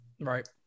Right